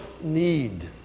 need